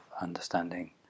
understanding